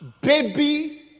baby